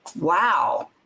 wow